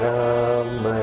Ram